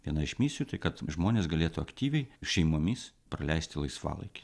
viena iš misijų tai kad žmonės galėtų aktyviai šeimomis praleisti laisvalaikį